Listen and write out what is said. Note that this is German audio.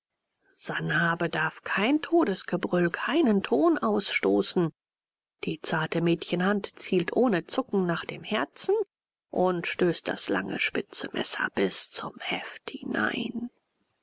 sanhabe darf kein todesgebrüll keinen ton ausstoßen die zarte mädchenhand zielt ohne zucken nach dem herzen und stößt das lange spitze messer bis zum heft hinein